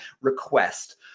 request